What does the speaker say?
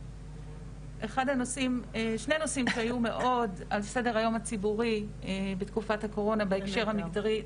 שני נושאים שהיו מאוד על סדר היום הציבורי בתקופת הקורונה בהקשר המגדרי,